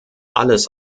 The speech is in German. alles